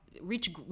reach